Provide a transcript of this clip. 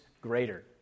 greater